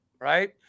right